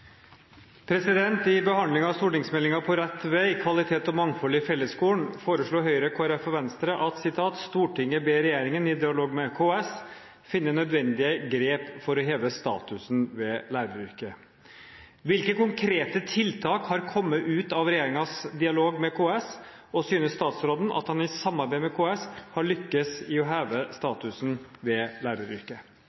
av stortingsmeldingen På rett vei – kvalitet og mangfold i fellesskolen foreslo Høyre, Kristelig Folkeparti og Venstre at «Stortinget ber regjeringen i dialog med KS finne nødvendige grep for å heve statusen ved læreryrket.» Hvilke konkrete tiltak har kommet ut av regjeringens dialog med KS, og synes statsråden at han i samarbeid med KS har lyktes i å heve